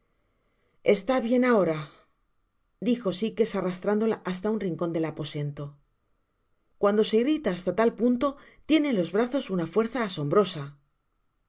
está bien ahora dijo sikes arrastrándola hasta un rincon del aposento cuando se irrita hasta tal punto tiene en los brazos una fuerza asombrosa